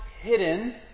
hidden